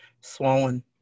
swollen